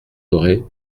aurez